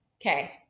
okay